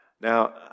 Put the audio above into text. Now